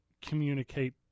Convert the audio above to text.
communicate